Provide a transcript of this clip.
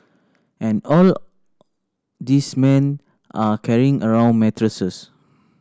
and all these men are carrying around mattresses